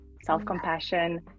self-compassion